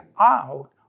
out